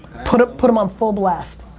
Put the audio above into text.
put put them on full blast.